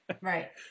right